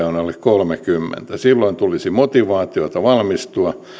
on alle kolmannenkymmenennen silloin tulisi motivaatiota valmistua